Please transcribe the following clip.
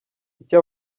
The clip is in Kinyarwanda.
icyo